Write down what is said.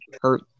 hurt